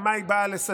ועל מה שהיא באה לסדר.